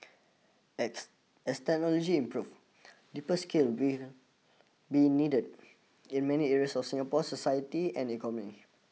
ex as technology improves deeper skills will be needed in many areas of Singapore's society and economy